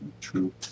True